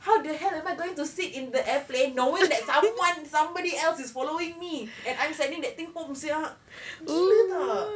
how the hell am I going to sit in the airplane knowing that someone somebody else is following me and I'm sending that thing home sia gila tak